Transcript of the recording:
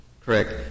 Correct